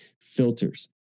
filters